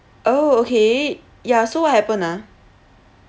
oh okay yeah so what happen lah